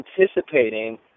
anticipating